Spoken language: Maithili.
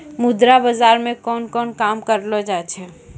मुद्रा बाजार मे कोन कोन काम करलो जाय छै